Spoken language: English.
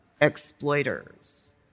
exploiters